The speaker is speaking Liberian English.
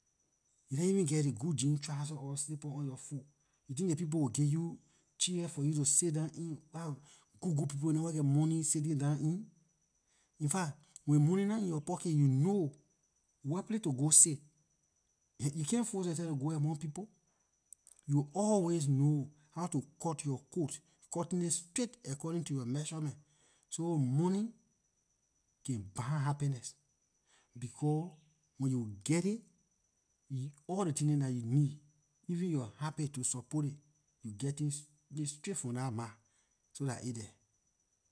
You nah even geh ley good jeans trouser or slippers on yor foot you think ley people will give you chair for you to sit down in while good good people dem wer geh money sitting down in infact when money nah in yor pocket you know wherplay to go sit you cant force yor seh to go among people you always know how to cut yor coat cutting it straight according to yor measurement so money can buy happiness becor when you geh it all ley tin dem dah you need even yor habit to support it you getting straight from dah mah so dah aay there